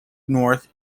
north